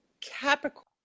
Capricorn